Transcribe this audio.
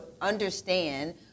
understand